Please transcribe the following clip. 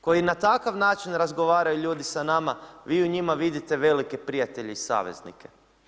Koji na takav način razgovaraju ljudi sa nama, vi u njima vidite velike prijatelje i saveznike.